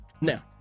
now